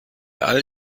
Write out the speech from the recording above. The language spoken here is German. all